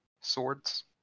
swords